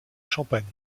champagne